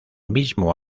mismo